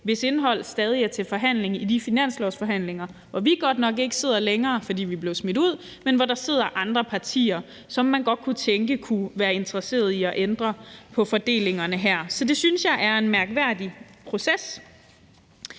hvis indhold stadig væk er til forhandling i finanslovsforhandlingerne. Vi sidder der godt nok ikke længere, fordi vi er blevet smidt ud, men der sidder andre partier, som man godt kunne tænke kunne være interesseret i at ændre på fordelingerne her. Så det synes jeg er en mærkværdig proces.